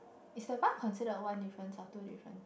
is the bar considered one difference or two difference